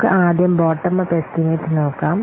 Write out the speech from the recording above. നമുക്ക് ആദ്യം bottom up estimate നോക്കാം